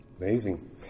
Amazing